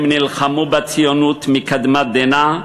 הם נלחמו בציונות מקדמת דנא,